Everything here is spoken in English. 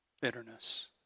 bitterness